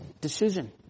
decision